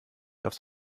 aufs